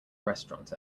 restaurant